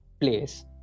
place